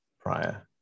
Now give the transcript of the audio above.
prior